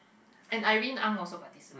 and Irene-Ang also participant